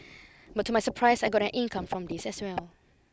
but to my surprise I got an income from this as well